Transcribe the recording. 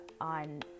on